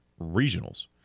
regionals